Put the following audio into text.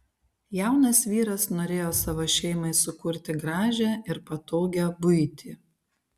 jaunas vyras norėjo savo šeimai sukurti gražią ir patogią buitį